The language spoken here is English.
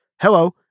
hello